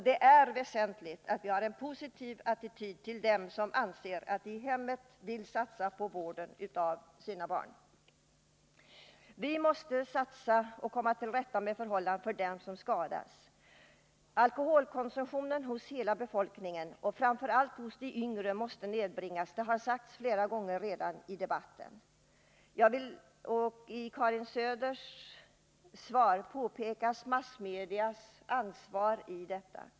Det är väsentligt att vi har en positiv attityd till dem som anser att de i hemmet vill satsa på vården av sina barn. Vi måste satsa för att komma till rätta med förhållandena för dem som skadats. Alkoholkonsumtionen hos hela befolkningen och framför allt hos de yngre måste nedbringas. Det har redan sagts flera gånger i den här debatten. I sitt svar pekar Karin Söder på massmedias ansvar.